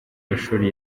mashuri